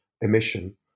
emission